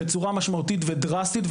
בצורה משמעותית ודרסטית.